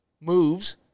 moves